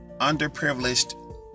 underprivileged